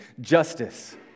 Justice